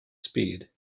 speed